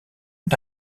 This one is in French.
une